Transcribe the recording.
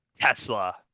Tesla